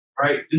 Right